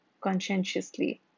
Conscientiously